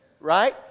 right